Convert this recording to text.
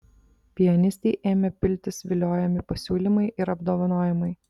pianistei ėmė piltis viliojami pasiūlymai ir apdovanojimai